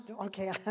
Okay